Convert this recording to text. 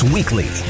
Weekly